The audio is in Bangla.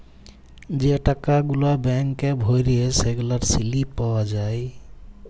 যে টাকা গুলা ব্যাংকে ভ্যইরে সেগলার সিলিপ পাউয়া যায়